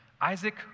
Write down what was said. Isaac